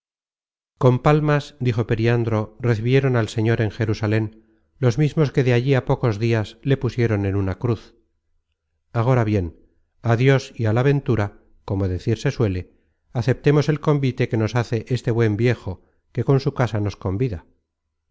con palmas dijo periandro recibieron al señor en jerusalen los mismos que de allí á pocos dias le pusieron en una cruz agora bien á dios y á la ventura como decirse suele aceptemos el convite que nos hace este buen viejo que con su casa nos convida